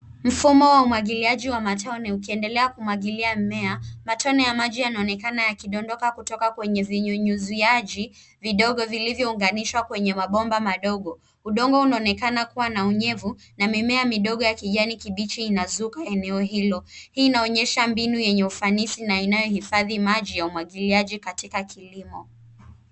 Mfumo wa umwagiliaji wa matone ukiendelea kumwagilia mmea. Matone ya maji yanaonekana yakidondoka kutoka kwenye vinyunyuziaji vidogo vilivyounganishwa kwenye mabomba madogo. Udongo unaonekana kuwa na unyevu na mimea midogo ya kijani kibichi inazunguka eneo hilo. Hii inaonyesha mbinu yenye ufanisi na inayohifadhi maji ya umwagiliaji katika kilimo.